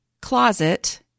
closet